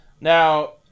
Now